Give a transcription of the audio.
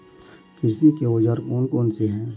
कृषि के औजार कौन कौन से हैं?